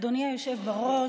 אדוני היושב-ראש,